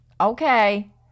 Okay